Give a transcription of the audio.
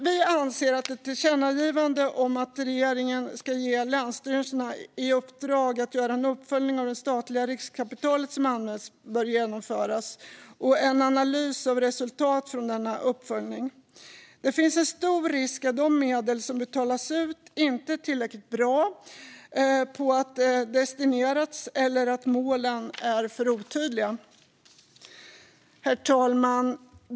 Vi anser att det behövs ett tillkännagivande om att regeringen ska ge länsstyrelserna i uppdrag att göra en uppföljning av det statliga riskkapital som används och att genomföra en analys av resultatet från denna uppföljning. Det finns en stor risk att de medel som betalas ut inte är tillräckligt bra när det gäller hur de destineras. Målen är också för otydliga. Herr talman!